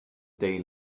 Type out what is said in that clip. day